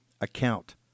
account